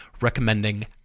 recommending